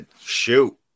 Shoot